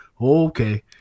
okay